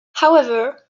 however